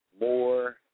more